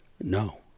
no